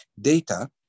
data